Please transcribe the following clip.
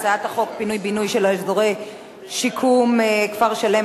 בינוי ופינוי של אזורי שיקום (כפר-שלם),